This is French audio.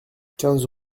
quinze